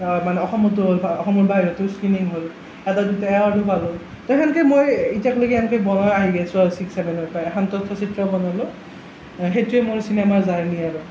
মানে অসমতো হ'ল অসমৰ বাহিৰতো স্ক্ৰীণিং হ'ল এটা দুটা এৱাৰ্ডো পালোঁ তো সেনেকৈ মই এতিয়ালৈকে এনেকৈ বনাই আহি আছো আৰু ছিক্স চেভেনৰ পৰাই এখন তথ্যচিত্ৰ বনালোঁ সেইটোৱে মোৰ চিনেমাৰ জাৰ্ণী আৰু